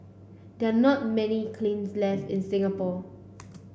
there are not many left in Singapore